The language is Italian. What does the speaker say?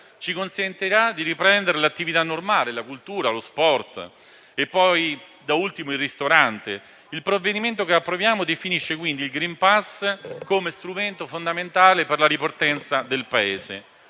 ci consentirà di riprendere l'attività normale, la cultura, lo sport e poi, da ultimo, di tornare al ristorante. Il provvedimento che stiamo per votare definisce quindi il *green pass* come strumento fondamentale per la ripartenza del Paese.